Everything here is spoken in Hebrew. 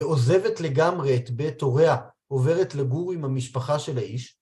ועוזבת לגמרי את בית הוריה, עוברת לגור עם המשפחה של האיש.